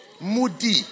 moody